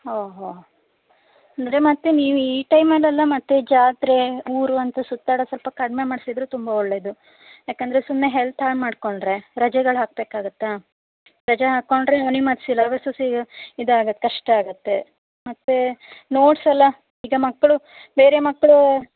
ಹೊ ಹೊ ಅಂದರೆ ಮತ್ತೆ ನೀವು ಈ ಟೈಮಲೆಲ್ಲ ಮತ್ತೆ ಜಾತ್ರೆ ಊರು ಅಂತ ಸುತ್ತಾಡೋದು ಸ್ವಲ್ಪ ಕಡಿಮೆ ಮಾಡಿಸಿದ್ರೆ ತುಂಬ ಒಳ್ಳೆದು ಯಾಕೆಂದ್ರೆ ಸುಮ್ಮನೆ ಹೆಲ್ತ್ ಹಾಳು ಮಾಡ್ಕೊಂಡರೆ ರಜೆಗಳು ಹಾಕ್ಬೇಕಾಗತ್ತ ರಜೆ ಹಾಕೊಂಡರೆ ಅವ್ನಿಗೆ ಮತ್ತೆ ಸಿಲೆಬಸಸು ಇದಾಗತ್ತೆ ಕಷ್ಟ ಆಗುತ್ತೆ ಮತ್ತೆ ನೋಟ್ಸ್ ಎಲ್ಲ ಈಗ ಮಕ್ಕಳು ಬೇರೆ ಮಕ್ಕಳು